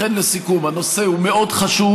לכן, לסיכום, הנושא מאוד חשוב.